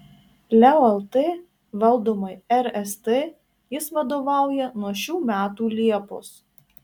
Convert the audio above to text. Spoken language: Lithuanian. leo lt valdomai rst jis vadovauja nuo šių metų liepos